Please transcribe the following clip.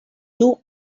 two